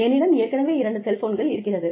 என்னிடம் ஏற்கனவே இரண்டு செல்ஃபோன்கள் இருக்கிறது